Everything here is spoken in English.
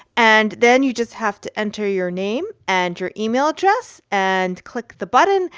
and then you just have to enter your name and your email address and click the button.